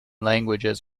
languages